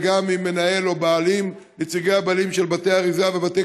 וגם עם מנהלי או נציגי הבעלים של בתי אריזה ובתי